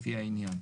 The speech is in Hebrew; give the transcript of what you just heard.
לפי העניין,